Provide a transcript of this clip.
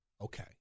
Okay